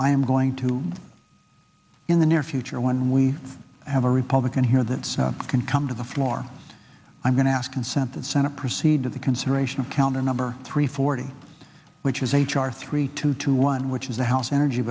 i am going to in the near future when we have a republican here that so can come to the floor i'm going to ask unscented senate proceed to the consideration of counter number three forty which is h r three two two one which is the house energy